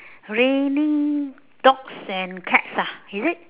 raining dogs and cats ah is it